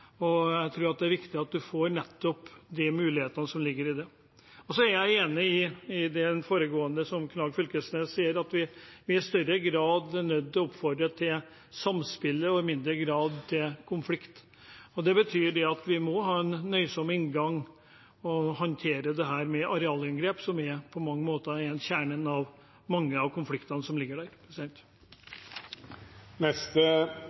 og jeg tror det er viktig at en får fram nettopp de mulighetene som ligger der. Så er jeg enig i det som foregående taler, Knag Fylkesnes, sier, at vi i større grad er nødt til å oppfordre til samspill og i mindre grad til konflikt. Det betyr at vi må ha en nøysom inngang og håndtere dette med arealinngrep, som på mange måter er i kjernen av mange av konfliktene som ligger der.